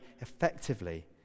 effectively